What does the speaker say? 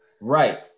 Right